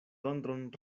tondron